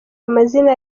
amazina